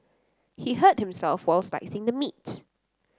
he hurt himself while slicing the meat